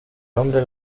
hombre